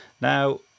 now